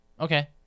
Okay